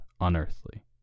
unearthly